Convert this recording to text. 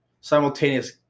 simultaneous